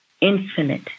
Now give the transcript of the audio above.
infinite